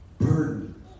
burden